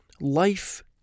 life